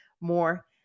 more